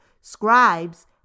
scribes